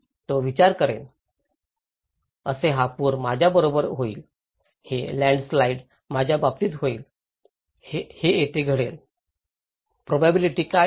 तो विचार करेल अरे हा पूर माझ्याबरोबर होईल हे लँडस्लाइड माझ्या बाबतीत होईल हे येथे घडेल प्रोबॅबिलिटी काय आहे